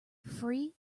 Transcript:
free